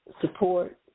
support